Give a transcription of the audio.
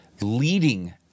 leading